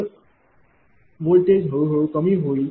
तर व्होल्टेज हळूहळू कमी होईल